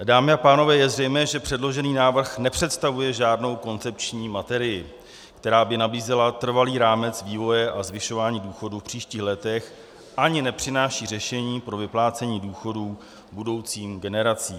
Dámy a pánové, je zřejmé, že předložený návrh nepředstavuje žádnou koncepční materii, která by nabízela trvalý rámec vývoje a zvyšování důchodů v příštích letech, ani nepřináší řešení pro vyplácení důchodů budoucím generacím.